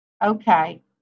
Okay